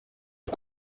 est